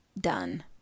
done